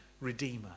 redeemer